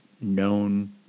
known